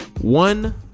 One